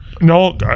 No